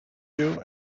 you